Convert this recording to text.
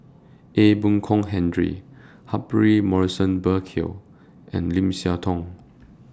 Ee Boon Kong Henry Humphrey Morrison Burkill and Lim Siah Tong